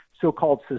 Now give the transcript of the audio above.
so-called